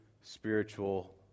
spiritual